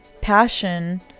passion